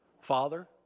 Father